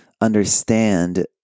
understand